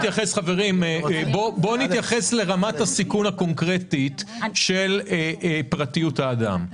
בואו נתייחס לרמת הסיכון הקונקרטית של פרטיות האדם.